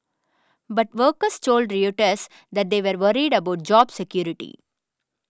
but workers told Reuters that they were worried about job security